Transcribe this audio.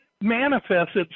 manifests